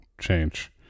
change